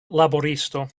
laboristo